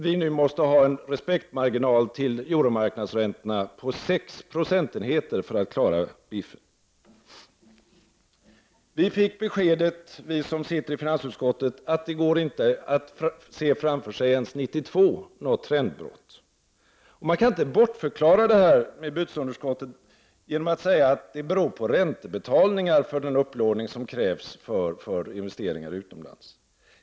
Vi måste nu ha en respektmarginal till Euromarknadsräntorna på sex procentenheter för att klara biffen. Vi som sitter i finansutskottet fick beskedet att det inte går att se ens 1992 något trendbrott. Man kan inte bortförklara det här bytesunderskottet genom att säga att det beror på räntebetalningar för den upplåning som krävs för investeringar utomlands.